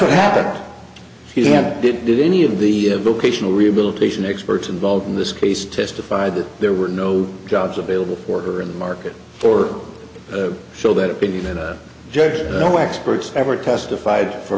what happened he didn't did any of the vocational rehabilitation experts involved in this case testified that there were no jobs available for her in the market for a show that big even a judge no experts ever testified for